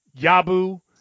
Yabu